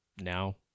now